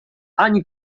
ani